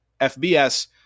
FBS